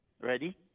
Ready